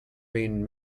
been